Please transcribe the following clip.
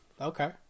Okay